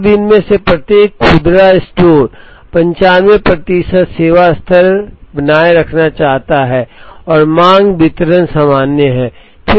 अब इनमें से प्रत्येक खुदरा स्टोर 95 प्रतिशत सेवा स्तर बनाए रखना चाहता है और मांग वितरण सामान्य है